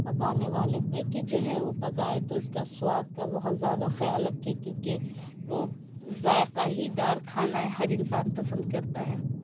پکانے والے پہ کہ جو ہے وہ پکائے تو اس کا سواد کا بہت زیادہ خیال رکھے کیونکہ وہ ذائقہ ہی دار کھانا ہر انسان پسند کرتا ہے